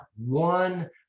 one